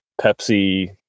Pepsi